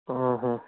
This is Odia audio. ଓହୋ